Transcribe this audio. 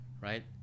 right